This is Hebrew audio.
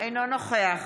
אינו נוכח